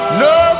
no